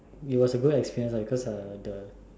it was a good experience because of the